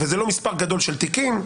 וזה לא מספר גדול של תיקים,